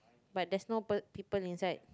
but there's no po~ people inside